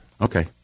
Okay